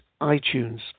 iTunes